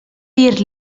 dir